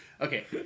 Okay